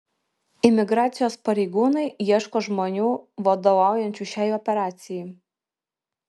imigracijos pareigūnai ieško žmonių vadovaujančių šiai operacijai